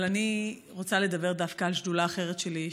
אבל אני רוצה לדבר דווקא על שדולה אחרת שלי,